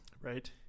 Right